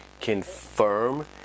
confirm